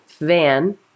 van